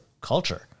culture